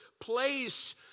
place